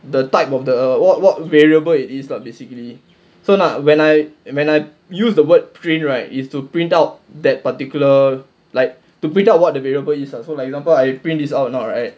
the type of the what what variable it is lah basically so now when I when I use the word print right is to print out that particular like to print out what the variable is so like example I print this out now right